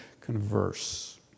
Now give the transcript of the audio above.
converse